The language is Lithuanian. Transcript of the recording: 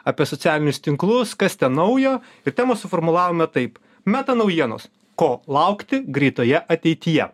apie socialinius tinklus kas ten naujo ir temą suformulavome taip meta naujienos ko laukti greitoje ateityje